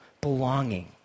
belonging